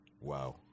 Wow